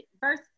verse